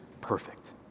perfect